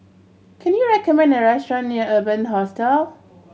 can you recommend a restaurant near Urban Hostel